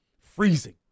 freezing